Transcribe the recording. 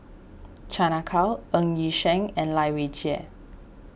Chan Ah Kow Ng Yi Sheng and Lai Weijie